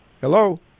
Hello